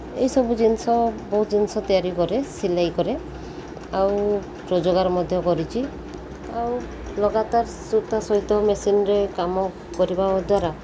ଏହିସବୁ ଜିନିଷ ବହୁତ ଜିନିଷ ତିଆରି କରେ ସିଲେଇ କରେ ଆଉ ରୋଜଗାର ମଧ୍ୟ କରିଛି ଆଉ ଲଗାତାର୍ ସୂତା ସହିତ ମେସିନ୍ରେ କାମ କରିବା ଦ୍ୱାରା